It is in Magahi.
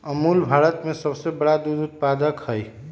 अमूल भारत में सबसे बड़ा दूध उत्पादक हई